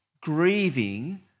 grieving